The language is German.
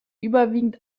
überwiegend